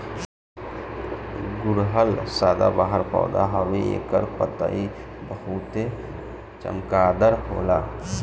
गुड़हल सदाबाहर पौधा हवे एकर पतइ बहुते चमकदार होला